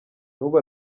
n’ubu